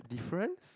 difference